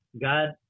god